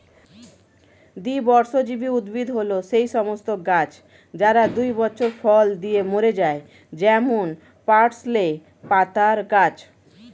দ্বিবর্ষজীবী উদ্ভিদ হল সেই সমস্ত গাছ যারা দুই বছর ফল দিয়ে মরে যায় যেমন পার্সলে পাতার গাছ